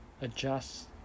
adjust